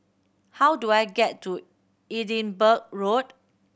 how do I get to Edinburgh Road